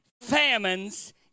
famines